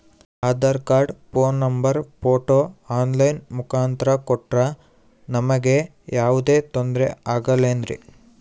Aadhaar card, phone number, photo online ಮುಖಾಂತ್ರ ಕೊಟ್ರ ನಮಗೆ ಯಾವುದೇ ತೊಂದ್ರೆ ಆಗಲೇನ್ರಿ?